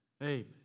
Amen